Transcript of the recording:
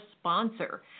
sponsor